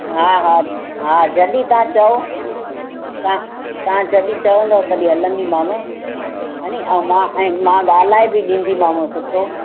हा हा हा जॾहिं तव्हां चओ तव्हां तव्हां जॾहिं चवंदो तॾहिं हलंदीमांव अने ऐं मां आहे मां ॻाल्हाइ बि ॾींदीमांव सुठो